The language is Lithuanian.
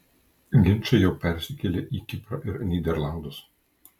ginčai jau persikėlė į kiprą ir nyderlandus